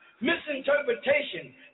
Misinterpretation